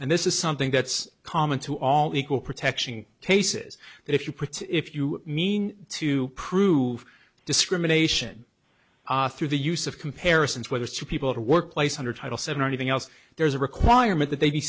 and this is something that's common to all equal protection tases that if you put if you mean to prove discrimination through the use of comparisons whether two people at a workplace under title seven or anything else there's a requirement that they be